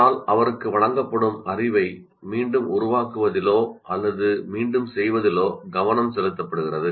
ஆனால் அவருக்கு வழங்கப்படும் அறிவை மீண்டும் உருவாக்குவதிலோ அல்லது மீண்டும் செய்வதிலோ கவனம் செலுத்தப்படுகிறது